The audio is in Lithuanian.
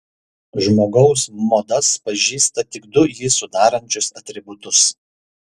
žmogaus modas pažįsta tik du jį sudarančius atributus